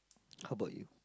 how about you